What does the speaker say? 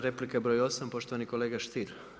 Replika broj 8 poštovani kolega Stier.